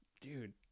Dude